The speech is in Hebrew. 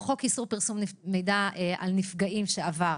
חוק איסור פרסום מידע על נפגעים, שעבר,